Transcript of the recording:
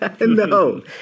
No